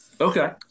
Okay